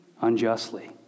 unjustly